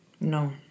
No